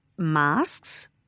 masks